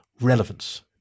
Relevance